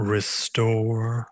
Restore